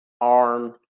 arm